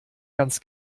ganz